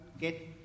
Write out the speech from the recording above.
get